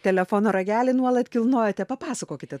telefono ragelį nuolat kilnojote papasakokite